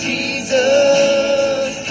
Jesus